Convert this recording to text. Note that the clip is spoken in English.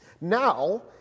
Now